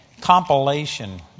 compilation